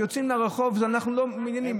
כשיוצאים לרחוב, בזה אנחנו לא מעוניינים.